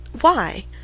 Why